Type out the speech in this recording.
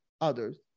others